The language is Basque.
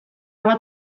bat